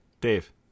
Dave